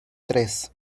tres